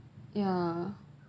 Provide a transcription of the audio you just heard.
yeah